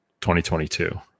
2022